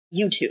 YouTube